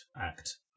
act